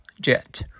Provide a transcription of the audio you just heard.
jet